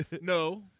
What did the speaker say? No